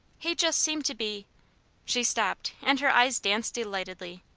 he just seemed to be she stopped, and her eyes danced delightedly.